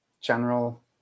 general